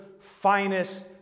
finest